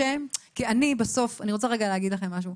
אני רוצה רגע להגיד לכם משהו.